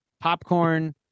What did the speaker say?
popcorn